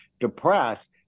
depressed